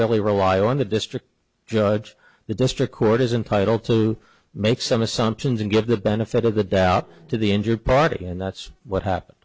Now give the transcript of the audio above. really rely on the district judge the district court is entitle to make some assumptions and give the benefit of the doubt to the injured party and that's what happened